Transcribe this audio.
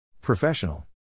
Professional